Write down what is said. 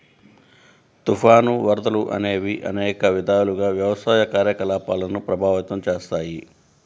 తుఫాను, వరదలు అనేవి అనేక విధాలుగా వ్యవసాయ కార్యకలాపాలను ప్రభావితం చేస్తాయి